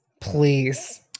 please